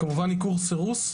כמובן עיקור וסירוס,